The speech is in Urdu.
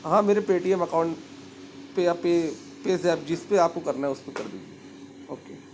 ہاں میرے پے ٹی ایم اکاؤنٹ پہ یا پے پے زیپ جس پہ آپ کو کرنا ہے اس پہ کر دیجیے اوکے